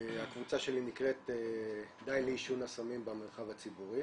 הקבוצה שלי נקראת "די לעישון הסמים במרחב הציבורי"